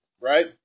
right